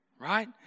right